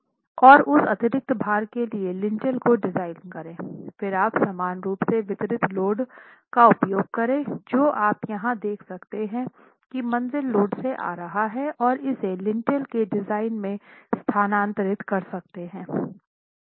और उस अतिरिक्त भार के लिए लिंटेल को डिज़ाइन करें फिर आप समान रूप से वितरित लोड का उपयोग करें जो आप यहां देख सकते हैं कि मंज़िल लोड से आ रहा है और इसे लिंटेल के डिज़ाइन में स्थानांतरित कर सकते है